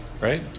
right